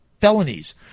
felonies